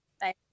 Bye